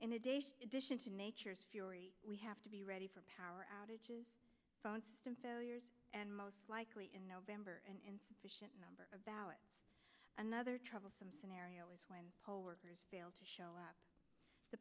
to nature's fury we have to be ready for power outages phone system failures and most likely in november and in addition number about another troublesome scenario is when poll workers failed to show up the